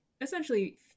essentially